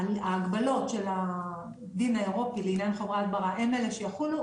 ההגבלות של הדין האירופי לעניין חומרי הדברה הן אלה שיחולו,